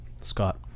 Scott